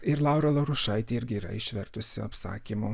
ir laura laurušaitė irgi yra išvertusi apsakymų